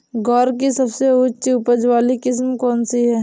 ग्वार की सबसे उच्च उपज वाली किस्म कौनसी है?